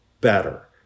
better